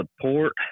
support